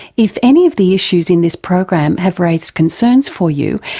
if any of the issues in this program have raised concerns for you,